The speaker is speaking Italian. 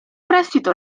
prestito